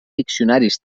diccionaris